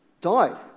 died